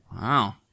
Wow